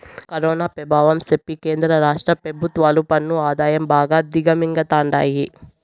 corona పెభావం సెప్పి కేంద్ర రాష్ట్ర పెభుత్వాలు పన్ను ఆదాయం బాగా దిగమింగతండాయి